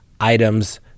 items